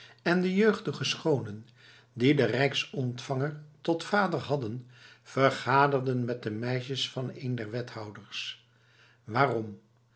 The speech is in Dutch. en de jeugdige schoonen die den rijksontvanger tot vader hadden vergaderden met de meisjes van een der wethouders waarom